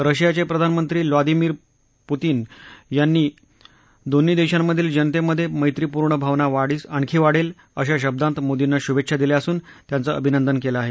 रशियाचे प्रधानमंत्री Vladimir Putin यांनी दोन्ही देशांमधील जनतेमध्ये मैत्रीपूर्ण भावना आणखी वाढेल अशा शब्दांत मोदींना शुभेच्छा दिल्या असून त्यांच अभिनंदन केलं आहे